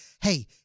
hey